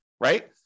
right